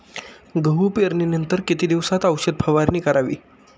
गहू पेरणीनंतर किती दिवसात औषध फवारणी करावी?